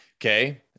Okay